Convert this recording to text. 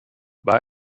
bei